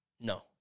No